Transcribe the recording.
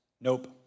Nope